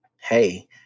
hey